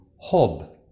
hob